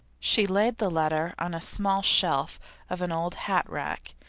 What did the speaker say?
she laid the letter on a small shelf of an old hatrack,